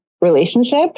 relationship